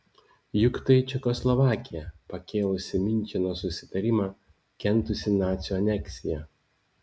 juk tai čekoslovakija pakėlusi miuncheno susitarimą kentusi nacių aneksiją